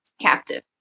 captive